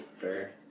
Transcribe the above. fair